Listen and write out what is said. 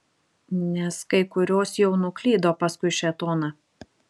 nes kai kurios jau nuklydo paskui šėtoną